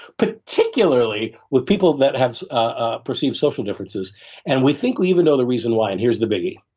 particularly with people that have ah perceived social differences and we think we even know the reason why and here's the biggie.